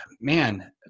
man